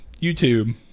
YouTube